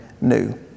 new